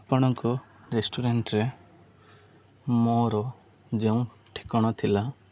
ଆପଣଙ୍କ ରେଷ୍ଟୁରାଣ୍ଟରେ ମୋର ଯେଉଁ ଠିକଣା ଥିଲା